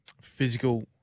physical